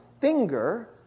finger